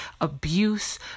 abuse